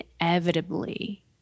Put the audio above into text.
inevitably